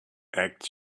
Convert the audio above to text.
acts